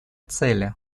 цели